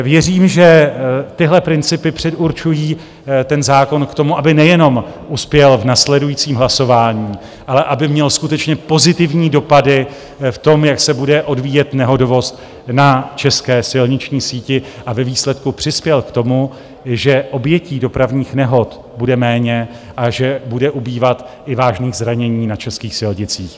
Věřím, že tyhle principy předurčují zákon k tomu, aby nejenom uspěl v následujícím hlasování, ale aby měl skutečně pozitivní dopady v tom, jak se bude odvíjet nehodovost na české silniční síti, a ve výsledku přispěl k tomu, že obětí dopravních nehod bude méně a že bude ubývat i vážných zranění na českých silnicích.